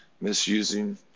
misusing